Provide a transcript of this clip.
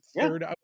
third